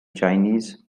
chinese